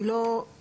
היא לא אוטומטית.